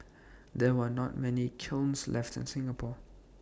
there are not many kilns left in Singapore